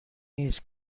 نیست